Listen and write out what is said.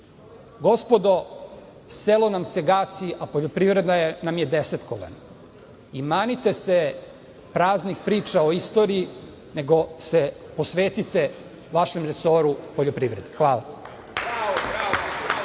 selo nam se gasi, a poljoprivreda nam je desetkovana. Manite se praznih priča o istoriji, nego se posvetite vašem resoru poljoprivrede. **Ana